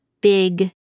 big